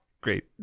Great